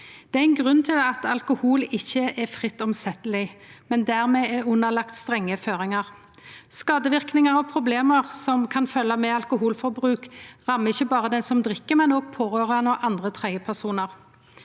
Det er ein grunn til at alkohol ikkje er fritt omsetjeleg, men derimot er underlagd strenge føringar. Skadeverknader og problem som kan følgje med alkoholforbruk, rammar ikkje berre den som drikk, men òg pårørande og andre tredjepersonar.